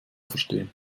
verstehen